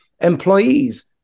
Employees